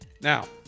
Now